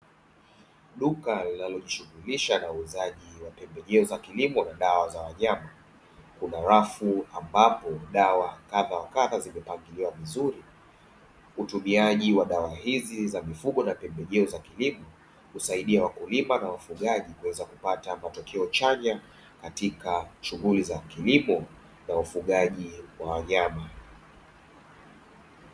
Duka linalojishughulisha na uuzaji wa pembejeo za kilimo na dawa za wanyama, kuna rafu ambapo dawa za kadha wa kadha zimepangiliwa vizuri. Utumiaji wa dawa hizi za mifugo na pembejeo za kilimo husaidia wakulima na wafugaji kuweza kupata matokeo chanya katika shughuli za kilimo na ufugaji wa wanyama.